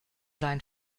sein